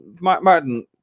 Martin